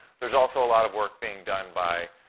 there's also a lot of work being done by,